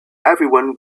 everyone